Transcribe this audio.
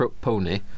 pony